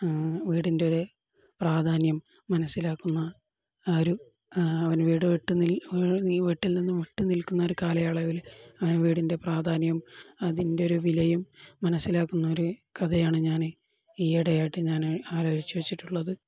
വീടിൻ്റെ ഒരു പ്രാധാന്യം മനസ്സിലാക്കുന്ന ആ ഒരു അവൻ വീടു വിട്ടു വീട്ടിൽ നിന്നും വിട്ടു നിൽക്കുന്ന ഒരു കാലയളവില് അവനു വീടിൻ്റെ പ്രാധാന്യം അതിൻ്റെ ഒരു വിലയും മനസ്സിലാക്കുന്നൊരു കഥയാണു ഞാന് ഈയിടയായിട്ട് ഞാന് ആലോചിച്ചുവച്ചിട്ടുള്ളത്